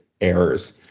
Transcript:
errors